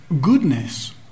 goodness